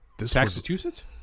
Massachusetts